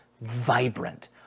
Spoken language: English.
vibrant